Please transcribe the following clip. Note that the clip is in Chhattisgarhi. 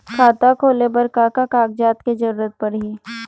खाता खोले बर का का कागजात के जरूरत पड़ही?